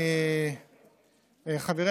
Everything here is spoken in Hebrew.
חברי,